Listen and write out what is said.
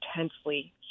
intensely